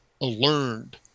learned